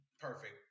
perfect